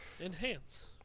Enhance